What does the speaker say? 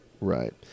Right